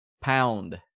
pound